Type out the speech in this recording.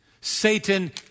Satan